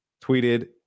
tweeted